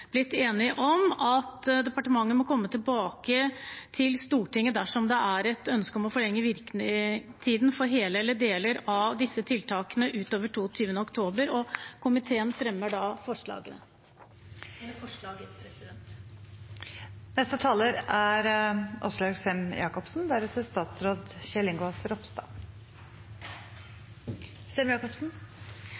blitt enige om at departementet må komme tilbake til Stortinget dersom det er et ønske om å forlenge virketiden for hele eller deler av disse tiltakene utover 22. oktober. Komiteen anbefaler da